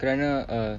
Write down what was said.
kerana uh